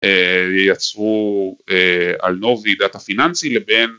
יצאו על נובי דאטה פיננסים לבין.